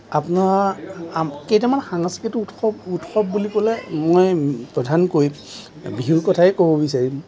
আপোনাৰ কেইটামান সাংস্কৃতিক উৎসৱ উৎসৱ বুলি ক'লে মই প্ৰধানকৈ বিহুৰ কথাই ক'ব বিচাৰিম